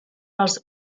els